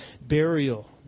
burial